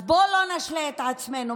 אז בואו לא נשלה את עצמנו.